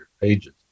pages